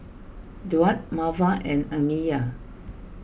Duard Marva and Amiya